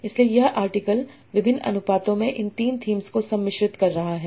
इसलिए यह आर्टिकल विभिन्न अनुपातों में इन 3 थीम्स को सम्मिश्रित कर रहा है